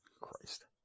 Christ